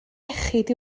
iechyd